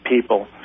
people